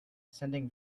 sending